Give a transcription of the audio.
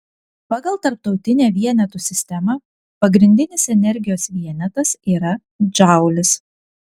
pagal tarptautinę vienetų sistemą pagrindinis energijos vienetas yra džaulis